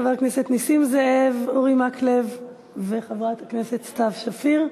חברי הכנסת נסים זאב ואורי מקלב וחברת הכנסת סתיו שפיר,